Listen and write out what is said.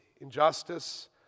injustice